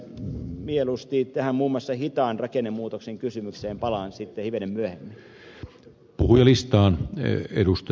mieluusti tähän muun muassa hitaan rakennemuutoksen kysymykseen palaan sitten hivenen myöhemmin